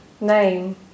name